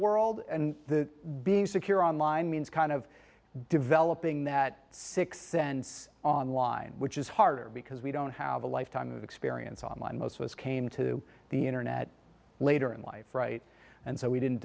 world and being secure online means kind of developing that sixth sense online which is harder because we don't have a lifetime of experience online most was came to the internet later in life right and so we didn't